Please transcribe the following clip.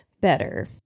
better